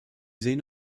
sehen